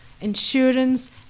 insurance